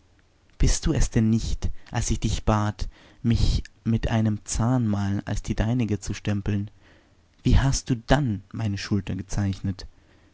bist du es denn nicht als ich dich bat mich mit einem zahnmal als die deinige zu stempeln wie hast du dann meine schulter gezeichnet